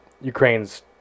Ukraine's